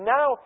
Now